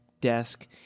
desk